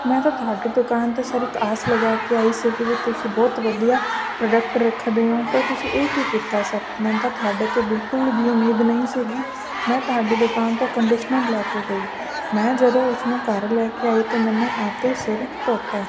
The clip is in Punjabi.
ਮੈਂ ਤਾਂ ਤੁਹਾਡੀ ਦੁਕਾਨ 'ਤੇ ਸਰ ਇੱਕ ਆਸ ਲਗਾ ਕੇ ਆਈ ਸੀਗੀ ਵੀ ਤੁਸੀਂ ਬਹੁਤ ਵਧੀਆ ਪ੍ਰੋਡਕਟ ਰੱਖਦੇ ਓਂ ਪਰ ਤੁਸੀਂ ਇਹ ਕੀ ਕੀਤਾ ਸਰ ਮੈਨੂੰ ਤਾਂ ਤੁਹਾਡੇ ਤੋਂ ਬਿਲਕੁਲ ਵੀ ਉਮੀਦ ਨਹੀਂ ਸੀਗੀ ਮੈਂ ਤੁਹਾਡੀ ਦੁਕਾਨ ਤੋਂ ਕੰਡੀਸ਼ਨਰ ਲੈ ਕੇ ਗਈ ਮੈਂ ਜਦੋਂ ਉਸਨੂੰ ਘਰ ਲੈ ਕੇ ਆਈ ਅਤੇ ਮੈਨੇ ਆਤੇ ਸਿਰ ਧੋਤਾ